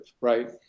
right